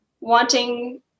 wanting